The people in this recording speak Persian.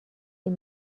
این